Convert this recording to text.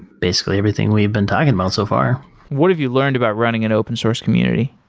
basically everything we've been talking about so far what have you learned about running an open source community?